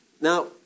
Now